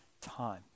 time